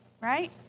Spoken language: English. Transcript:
right